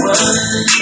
one